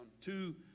Two